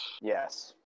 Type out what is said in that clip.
Yes